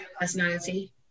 personality